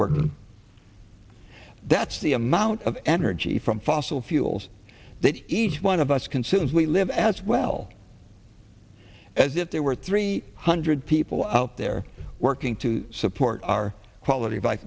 work that's the amount of energy from fossil fuels that each one of us consumes we live as well as if there were three hundred people out there working to support our quality of life